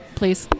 please